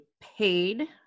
paid